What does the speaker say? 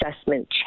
assessment